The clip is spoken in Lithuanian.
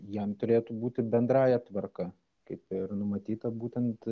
jam turėtų būti bendrąja tvarka kaip ir numatyta būtent